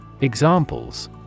Examples